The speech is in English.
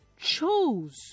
chose